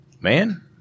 man